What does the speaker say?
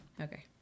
Okay